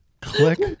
click